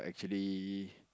actually